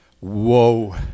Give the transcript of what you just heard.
Whoa